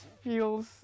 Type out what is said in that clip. feels